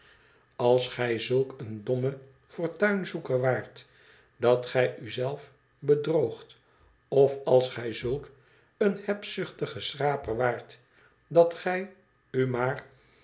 als gij ziük een domme fortuinzoeker waart dat gij u zelf bedroogt of als gij zulk een hebzuchtige schraper waart dat gij u maar